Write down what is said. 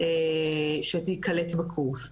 שיקלטו בקורס.